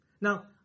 Now